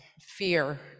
fear